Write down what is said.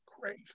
Crazy